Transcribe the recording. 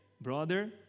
brother